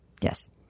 Yes